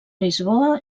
lisboa